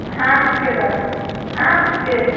हाथके दरद हाथके